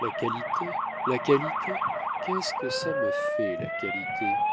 la qualité la qualité qu'est-ce que ça me fait la qualité